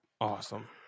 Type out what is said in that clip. Awesome